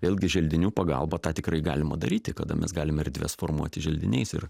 vėlgi želdinių pagalba tą tikrai galima daryti kada mes galime erdves formuoti želdiniais ir